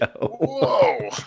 Whoa